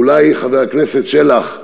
ואולי, חבר הכנסת שלח,